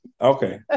Okay